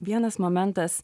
vienas momentas